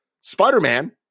Spider-Man